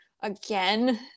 again